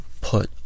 put